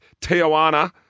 Tijuana